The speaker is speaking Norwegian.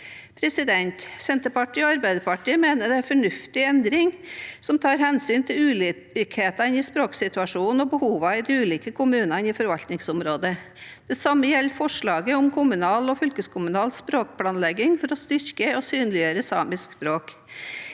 Senterpartiet og Arbeiderpartiet mener det er en fornuftig endring, som tar hensyn til ulikhetene i språksituasjonen og behovene i de ulike kommunene i forvaltningsområdet. Det samme gjelder forslaget om kommunal og fylkeskommunal språkplanlegging for å styrke og synliggjøre samisk språk.